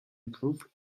improve